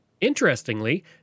Interestingly